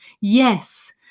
Yes